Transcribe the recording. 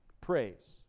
praise